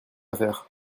faire